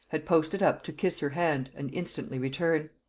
had posted up to kiss her hand and instantly return.